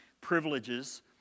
privileges